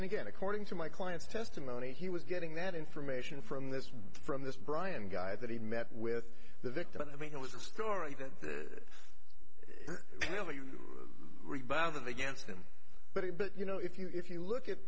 and again according to my client's testimony he was getting that information from this from this brian guy that he met with the victim i mean it was a story that really you rebound of against him but he but you know if you if you look at